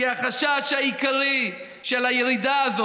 שהחשש העיקרי מהירידה הזאת,